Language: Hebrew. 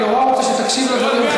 אני נורא רוצה שתקשיב לדברים,